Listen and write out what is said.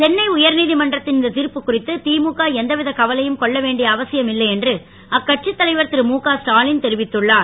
சென்னை உயர் நீதிமன்றத்தின் இந்தத் திர்ப்பு குறித்து திமுக எந்த வித கவலையும் கொள்ள வேண்டிய அவசியம் இல்லை என்று அக்கட்சித் தலைவர் திருழுகஸ்டாலின் தெரிவித்துள்ளார்